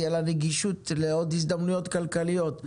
תהיה לה נגישות לעוד הזדמנויות כלכליות.